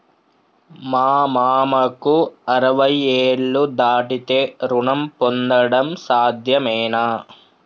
మా మామకు అరవై ఏళ్లు దాటితే రుణం పొందడం సాధ్యమేనా?